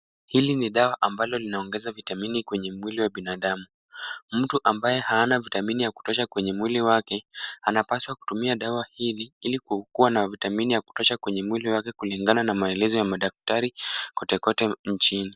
Hili ni dawa ambalo linaongeza vitamini kwenye mwili wa binadamu. Mtu ambaye hana vitamini ya kutosha kwenye mwili wake anapaswa kutumia dawa hili ili kukuwa na vitamini ya kutosha kwenye mwili wake kulingana na maelezo ya madaktari kotekote nchini.